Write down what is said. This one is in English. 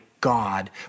God